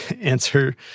answer